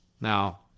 now